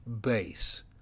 base